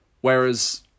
whereas